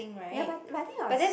ya but but I'll think was